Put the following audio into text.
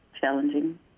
challenging